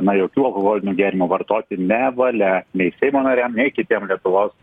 na jokių alkoholinių gėrimų vartoti nevalia nei seimo nariam nei kitiem lietuvos